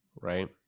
right